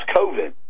COVID